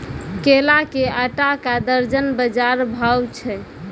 केला के आटा का दर्जन बाजार भाव छ?